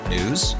News